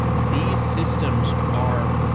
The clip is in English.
these systems are,